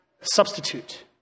substitute